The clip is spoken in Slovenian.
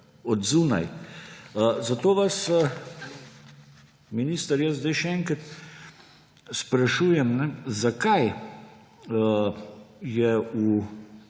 od zunaj. Zato vas, minister, jaz zdaj še enkrat sprašujem, zakaj je v